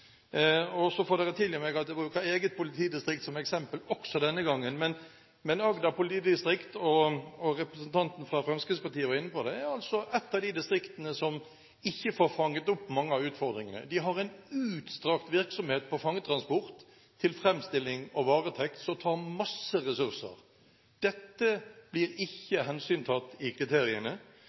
får tilgi meg at jeg bruker eget politidistrikt som eksempel også denne gangen, men Agder politidistrikt – og representanten fra Fremskrittspartiet var inne på det – er altså et av de distriktene som ikke får fanget opp mange av utfordringene. De har en utstrakt virksomhet på fangetransport til fremstilling og varetekt, som tar masse ressurser. Dette blir ikke hensyntatt i kriteriene.